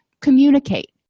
Communicate